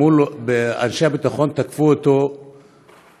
אנשי הביטחון תקפו אותו בצורה